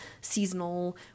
seasonal